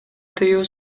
тыюу